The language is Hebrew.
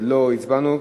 לא הצבענו,